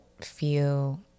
feel